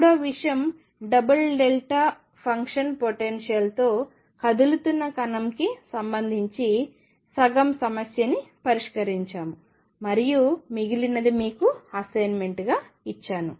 మూడవ విషయం double delta function potential తో కదులుతున్న కణం కి సంబందించి సగం సమస్య ని పరిష్కరించారు మరియు మిగిలినది మీకు అసైన్మెంట్ గా ఇచ్చాను